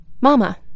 Mama